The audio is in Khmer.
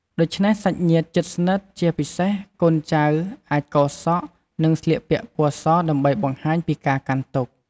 ដូច្នេះសាច់ញាតិជិតស្និទ្ធ ជាពិសេសកូនចៅ អាចកោរសក់ និងស្លៀកពាក់ពណ៌សដើម្បីបង្ហាញពីការកាន់ទុក្ខ។